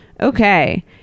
Okay